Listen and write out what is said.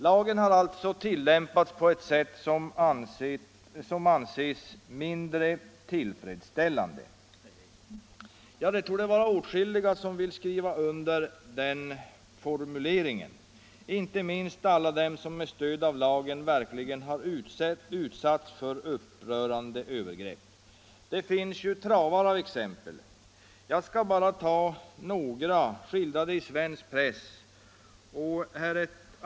Lagen har alltså tillämpats på ett sätt som anses ”mindre tillfredsställande”. Ja, det torde vara åtskilliga som vill skriva under den formuleringen, inte minst alla de som med stöd av lagen verkligen har utsatts för upprörande övergrepp. Det finns travar av exempel, men jag skall bara ta några, skildrade i svensk press.